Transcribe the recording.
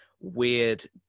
weird